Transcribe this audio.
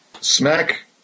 Smack